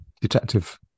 detective